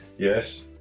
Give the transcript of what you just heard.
Yes